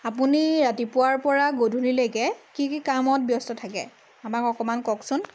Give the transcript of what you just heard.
আপুনি ৰাতিপুৱাৰ পৰা গধূলিলৈকে কি কি কামত ব্যস্ত থাকে আমাক অকমান কওকচোন